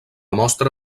mostra